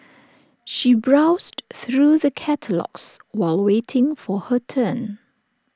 she browsed through the catalogues while waiting for her turn